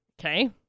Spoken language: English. Okay